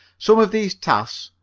some of these tasks,